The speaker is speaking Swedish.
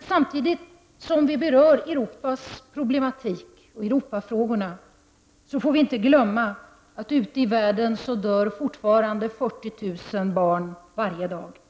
Samtidigt som vi berör Europas problem och Europafrågor får vi inte glömma bort att ute i världen dör fortfarande 40 000 barn varje dag.